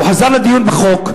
הוא חזר לדיון בחוק.